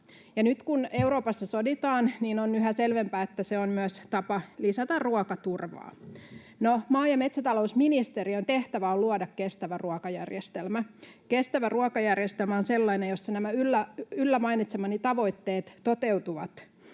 nyt, kun Euroopassa soditaan, on yhä selvempää, että se on myös tapa lisätä ruokaturvaa. No, maa- ja metsätalousministeriön tehtävä on luoda kestävä ruokajärjestelmä. Kestävä ruokajärjestelmä on sellainen, jossa nämä yllä mainitsemani tavoitteet toteutuvat.